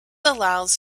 allows